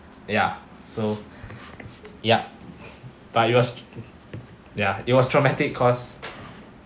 ya so yup but it was ya it was traumatic cause